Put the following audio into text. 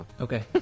Okay